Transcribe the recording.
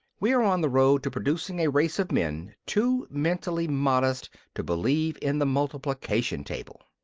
we are on the road to producing a race of men too mentally modest to believe in the multiplication table.